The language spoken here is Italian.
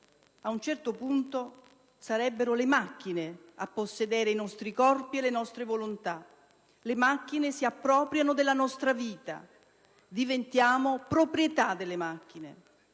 Ad un certo punto, sarebbero le macchine a possedere i nostri corpi e le nostra volontà: le macchine si appropriano della nostra vita, diventiamo proprietà delle macchine.